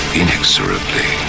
inexorably